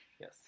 Yes